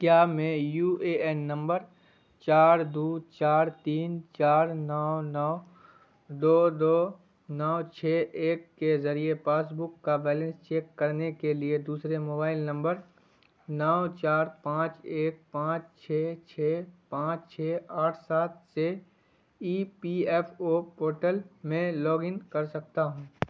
کیا میں U A N نمبر چار دو چار تین چار نو نو دو دو نو چھ ایک کے ذریعے پاس بک کا بیلنس چیک کرنے کے لیے دوسرے موبائل نمبر نو چار پانچ ایک پانچ چھ چھ پانچ چھ آٹھ سات سے E P F O portal میں لاگ ان کر سکتا ہوں